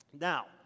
Now